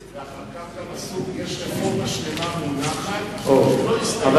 ואחר כך יש רפורמה שלמה שמונחת שלא הסתיימה.